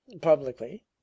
publicly